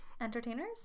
entertainers